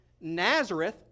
Nazareth